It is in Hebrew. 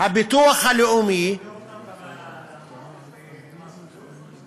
הביטוח הלאומי, זה פוטר אותם גם ממס בריאות?